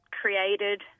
created